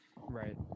Right